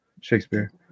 Shakespeare